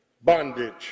bondage